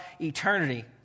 eternity